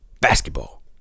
basketball